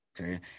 okay